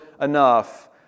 enough